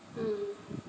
mm